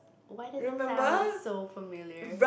why does it sound so familiar